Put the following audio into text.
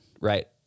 right